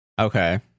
okay